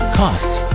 costs